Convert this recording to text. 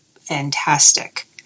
fantastic